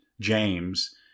James